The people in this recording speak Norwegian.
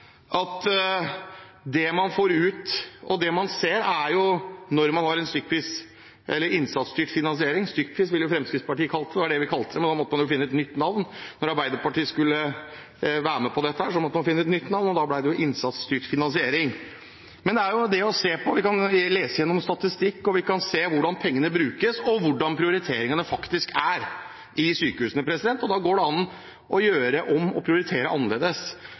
faglige ting man legger til grunn for det. Det er nettopp som representanten Stensland sa, om det man får ut og det man ser, når det gjelder innsatsstyrt finansiering. Stykkpris ville Fremskrittspartiet kalle det. Det var det vi kalte det, men da Arbeiderpartiet skulle være med på dette her, måtte man finne et nytt navn, og da ble det innsatsstyrt finansiering. Men det er jo det å se på – vi kan lese gjennom statistikk, og vi kan se hvordan pengene brukes, hvordan prioriteringene faktisk er i sykehusene, og da går det an å gjøre om og prioritere annerledes.